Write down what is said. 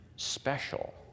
special